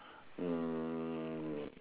um